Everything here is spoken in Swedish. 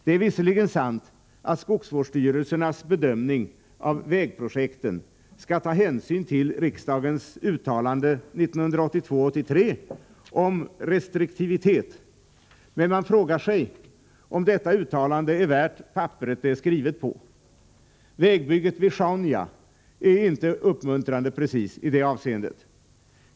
Det är visserligen sant att skogsvårdsstyrelserna vid sin bedömning av vägprojekten skall ta hänsyn till riksdagens uttalande 1982/83 om restriktivitet, men man frågar sig om detta uttalande är värt papperet som det är skrivet på. Vägbygget vid Sjaunja är inte uppmuntrande i det avseendet.